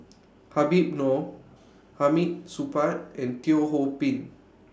Habib Noh Hamid Supaat and Teo Ho Pin